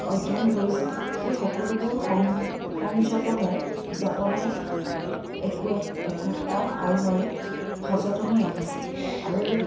অধ্যয়ন কৰিছোঁ সেই সকলোবোৰ সংযতনে যতনাই একো একোটা আলমাৰিত সযতনে ৰাখিছোঁ আৰু